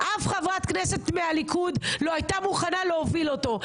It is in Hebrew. אף חברת כנסת מהליכוד לא הייתה מוכנה להוביל אותו.